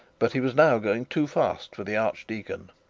but he was now going too fast for the archdeacon.